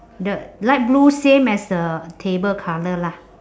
the light blue same as the table colour lah